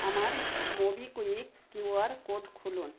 আমার MobiKwik Q R code খুলুন